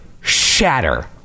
shatter